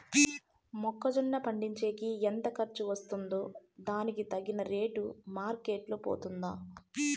మొక్క జొన్న పండించేకి ఎంత ఖర్చు వస్తుందో దానికి తగిన రేటు మార్కెట్ లో పోతుందా?